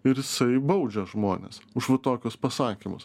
ir jisai baudžia žmones už tokius pasakymus